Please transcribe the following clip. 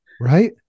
Right